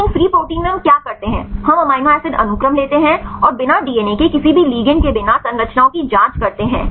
लेकिन free protein में हम क्या करते हैं हम अमीनो एसिड अनुक्रम लेते हैं और बिना डीएनए के किसी भी लिगैंड के बिना संरचनाओं की जांच करते हैं